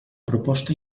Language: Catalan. proposta